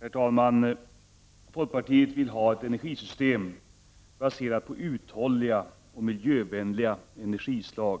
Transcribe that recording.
Herr talman! Folkpartiet vill ha ett energisystem baserat på uthålliga och miljövänliga energislag.